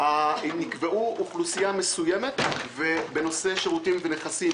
נקבעה אוכלוסייה מסוימת בנושא שירותים ונכסים,